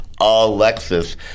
Alexis